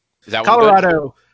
Colorado